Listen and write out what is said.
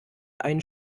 einen